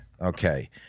Okay